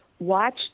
Watch